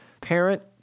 Parent